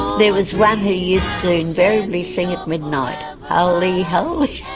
there was one who used to invariably sing at midnight, holy, holy,